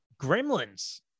Gremlins